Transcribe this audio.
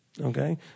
Okay